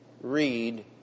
read